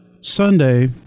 Sunday